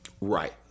Right